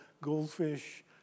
Goldfish